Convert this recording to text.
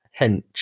Hench